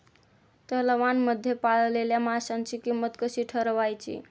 तलावांमध्ये पाळलेल्या माशांची किंमत कशी ठरवायची?